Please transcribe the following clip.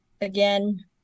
Again